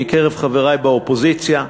מקרב חברי לאופוזיציה.